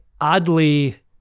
oddly